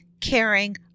caring